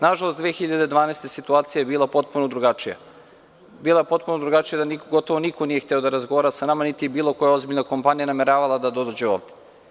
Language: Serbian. Nažalost, 2012. godine situacija je bila potpuno drugačija, bila je potpuno drugačija da niko nije želeo da razgovara sa nama, niti je bilo koja ozbiljna kompanija nameravala da dođe ovde.